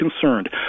concerned